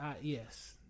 Yes